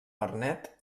vernet